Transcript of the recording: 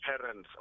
parents